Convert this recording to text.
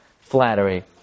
flattery